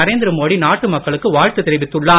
நரேந்திர மோடி நாட்டு மக்களுக்கு வாழ்த்து தெரிவித்துள்ளார்